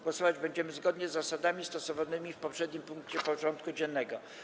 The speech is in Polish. Głosować będziemy zgodnie z zasadami stosowanymi w poprzednim punkcie porządku dziennego.